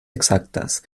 exactas